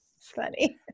funny